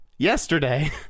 Yesterday